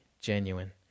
genuine